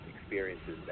experiences